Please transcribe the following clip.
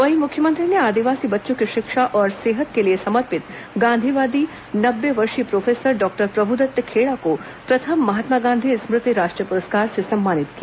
वहीं मुख्यमंत्री ने आदिवासी बच्चों की शिक्षा और सेहत के लिए समर्पित गांधीवादी नब्बे वर्षीय प्रोफेसर डॉक्टर प्रभुदत्त खेड़ा को प्रथम महात्मा गांधी स्मृति राष्ट्रीय पुरस्कार से सम्मानित किया